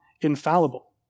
infallible